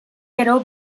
gero